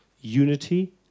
Unity